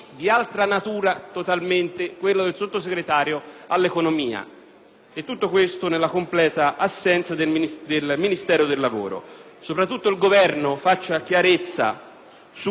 tutto questo nella completa assenza del Ministero del lavoro. Soprattutto il Governo deve fare chiarezza su cosa impone davvero l'Unione europea, per non prendere